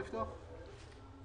נמצא כאן מוטי אלישע.